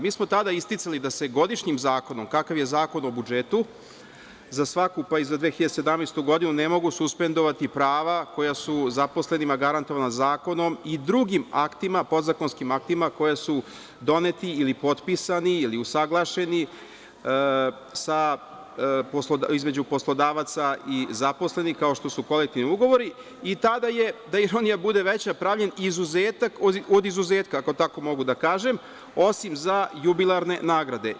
Mi smo tada isticali da se godišnjim zakonom, kakav je Zakon o budžetu, za svaku pa i za 2017. godinu, ne mogu suspendovati prava koja su zaposlenima garantovana zakonom i drugim aktima, podzakonskim aktima, koja doneti ili potpisani ili usaglašeni između poslodavaca i zaposlenih kao što su kolektivni ugovori i tada je, da ironija bude veća, pravim izuzetak od izuzetka, ako tako mogu da kažem, osim za jubilarne nagrade.